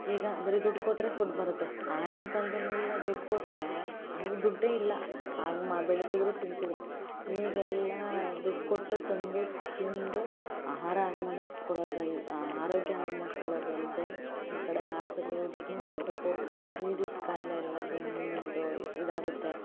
ಈಗ ಬರಿ ದುಡ್ಡು ಕೊಟ್ಟರೆ ಫುಡ್ ಬರುತ್ತೆ ಆಗಿನ ಕಾಲದಲ್ಲೆಲ್ಲ ದುಡ್ಡು ಕೊಟ್ಟರೆ ಆಗ ದುಡ್ಡೇ ಇಲ್ಲ ಆಗ ಮ ಬೆಳಿತಿದ್ದರು ತಿಂತಿದ್ದರು ಈಗೆಲ್ಲ ದುಡ್ಡು ಕೊಟ್ಟು ತಂದು ತಿಂದು ಆಹಾರ ಹಾಳ್ ಮಾಡ್ಕೊಳೋದಲ್ದೆ ಆರೋಗ್ಯ ಹಾಳು ಮಾಡ್ಕೊಳೋದಲ್ಲದೆ ಈ ಕಡೆ ಆಸ್ಪೆಟ್ಲುಗೂ ದುಡ್ಡನ್ನೂ ಕಟ್ಟಬೇಕು ಇಲ್ದಿದ್ದ ಕಾಯಿಲೆ ಎಲ್ಲ ಬಂದು ಇದಾಗುತ್ತೆ